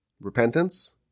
repentance